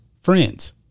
friends